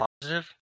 positive